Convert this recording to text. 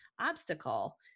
obstacle